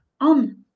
on